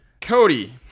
Cody